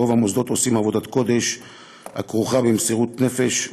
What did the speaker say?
ברוב המוסדות עושים עבודת קודש הכרוכה במסירות נפש.